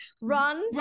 run